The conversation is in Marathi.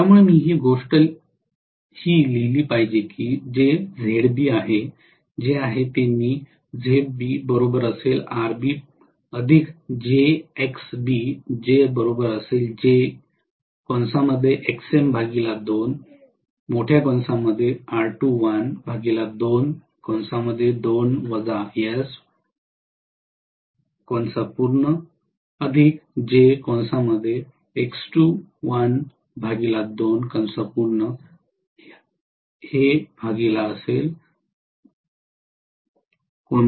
त्यामुळे मी ही गोष्ट ही लिहिली पाहिजे की जे Zb आहे जे आहे ते मी लिहू शकेन